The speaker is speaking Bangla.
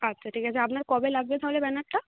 আচ্ছা ঠিক আছে আপনার কবে লাগবে তাহলে ব্যানারটা